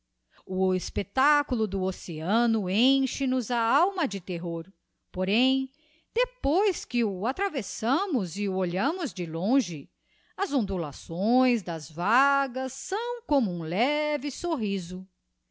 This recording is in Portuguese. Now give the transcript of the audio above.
o espectáculo do oceano enche nosa alma de terror porém depois que o atravessamos e o olhamos de longe as ondulações das vagas são como um leve sorriso